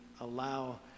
allow